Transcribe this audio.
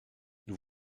nous